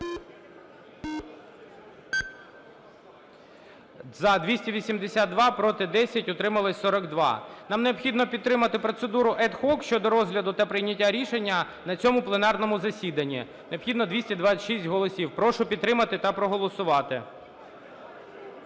За-282 Проти – 10, утрималось – 42. Нам необхідно підтримати процедуру ad hoc щодо розгляду та прийняття рішення на цьому пленарному засіданні. Необхідно 226 голосів. Прошу підтримати та проголосувати.